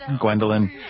Gwendolyn